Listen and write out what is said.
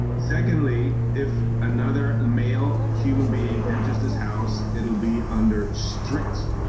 secondly if another male human being enters this house, it'll be under strict